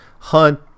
hunt